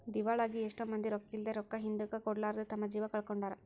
ದಿವಾಳಾಗಿ ಎಷ್ಟೊ ಮಂದಿ ರೊಕ್ಕಿದ್ಲೆ, ರೊಕ್ಕ ಹಿಂದುಕ ಕೊಡರ್ಲಾದೆ ತಮ್ಮ ಜೀವ ಕಳಕೊಂಡಾರ